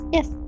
Yes